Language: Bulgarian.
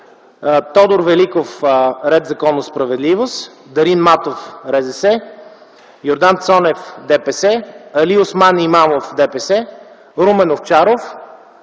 Тодор Великов, „Ред, законност и справедливост”; Дарин Матов, РЗС; Йордан Цонев, ДПС; Алиосман Имамов, ДПС; Румен Овчаров,